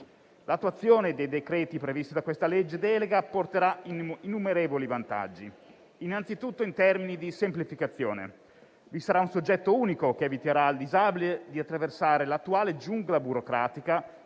L'attuazione dei decreti previsti da questa legge delega porterà innumerevoli vantaggi, innanzitutto in termini di semplificazione. Vi sarà un soggetto unico che eviterà al disabile di attraversare l'attuale giungla burocratica